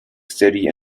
steady